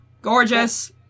gorgeous